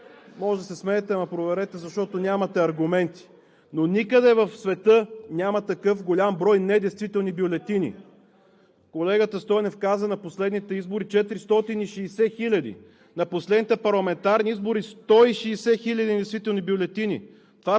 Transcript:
Може да се смеете, ама проверете, защото нямате аргументи, но никъде в света няма такъв голям брой недействителни бюлетини. Колегата Стойнев каза: на последните избори 460 хиляди, на последните парламентарна избори – 160 хиляди недействителни бюлетини.